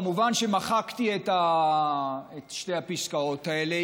מובן שמחקתי את שתי הפסקאות האלה,